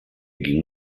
ging